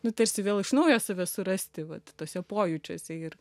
nu tarsi vėl iš naujo save surasti vat tuose pojūčiuose ir